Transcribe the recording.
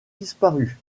disparu